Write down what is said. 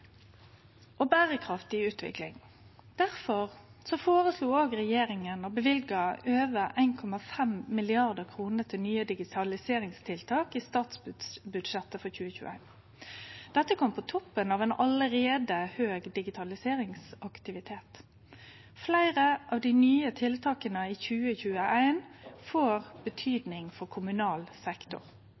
berekraftig utvikling. Difor føreslo regjeringa å løyve over 1,5 mrd. kr til nye digitaliseringstiltak i statsbudsjettet for 2021. Dette kom på toppen av ein allereie høg digitaliseringsaktivitet. Fleire av dei nye tiltaka i 2021 får betydning for kommunal sektor.